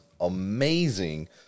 amazing